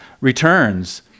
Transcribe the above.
returns